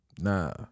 Nah